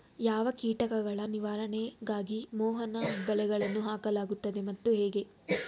ಯಾವ ಕೀಟಗಳ ನಿವಾರಣೆಗಾಗಿ ಮೋಹನ ಬಲೆಗಳನ್ನು ಹಾಕಲಾಗುತ್ತದೆ ಮತ್ತು ಹೇಗೆ?